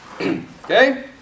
okay